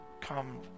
Come